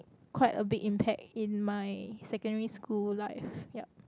quite a big impact in my secondary school life yup